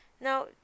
Now